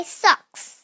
socks